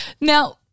Now